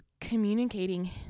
communicating